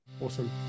Awesome